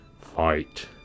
fight